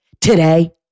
today